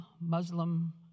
Muslim